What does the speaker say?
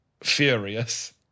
furious